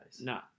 No